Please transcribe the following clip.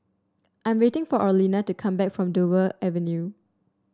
I am waiting for Orlena to come back from Dover Avenue